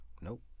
Nope